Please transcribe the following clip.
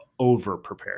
overprepared